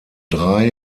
drei